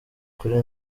kuri